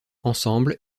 ensemble